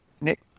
Nick